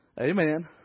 amen